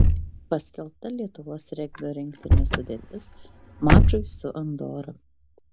paskelbta lietuvos regbio rinktinės sudėtis mačui su andora